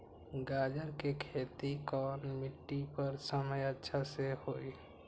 गाजर के खेती कौन मिट्टी पर समय अच्छा से होई?